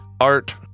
art